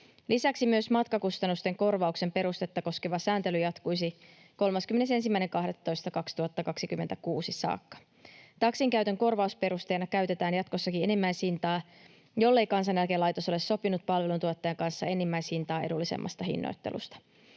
Lisäksi myös matkakustannusten korvauksen perustetta koskeva sääntely jatkuisi 31.12.2026 saakka. Taksin käytön korvausperusteena käytetään jatkossakin enimmäishintaa, jollei Kansaneläkelaitos ole sopinut palvelujen tuottajan kanssa enimmäishintaa edullisemmasta hinnoittelusta.